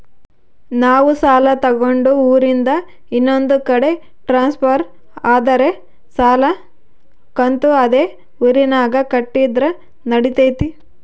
ನಾವು ಸಾಲ ತಗೊಂಡು ಊರಿಂದ ಇನ್ನೊಂದು ಕಡೆ ಟ್ರಾನ್ಸ್ಫರ್ ಆದರೆ ಸಾಲ ಕಂತು ಅದೇ ಊರಿನಾಗ ಕಟ್ಟಿದ್ರ ನಡಿತೈತಿ?